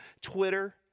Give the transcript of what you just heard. Twitter